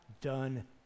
done